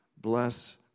bless